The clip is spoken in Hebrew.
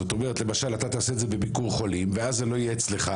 זאת אומרת למשל: אתה תעשה את זה בביקור חולים וזה לא יהיה אצלך,